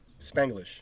spanglish